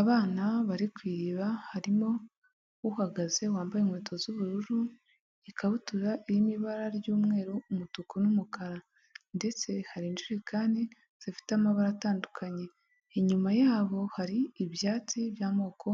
Abana bari ku iriba harimo uhagaze wambaye inkweto z'ubururu, ikabutura irimo ibara ry'umweru, umutuku n'umukara ndetse hari injerekane zifite amabara atandukanye, inyuma yabo hari ibyatsi by'amoko